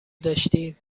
داشتی